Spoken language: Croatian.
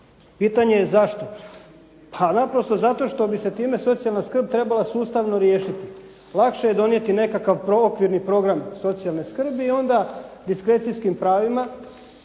Pitanje je zašto? Pa naprosto zato što bi se time socijalna skrb trebala sustavno riješiti. Lakše je donijeti nekakav okvirni program socijalne skrbi i onda diskrecijskim pravima